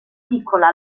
piccola